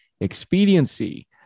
Expediency